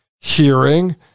hearing